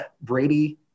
Brady